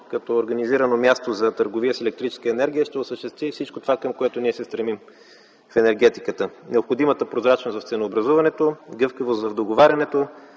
като организирано място за търговия с електрическа енергия ще осъществи всичко това, към което ние се стремим в енергетиката – необходимата прозрачност в ценообразуването, гъвкавост в договарянето,